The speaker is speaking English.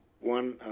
One